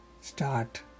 start